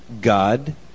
God